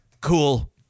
Cool